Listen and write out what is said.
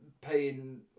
paying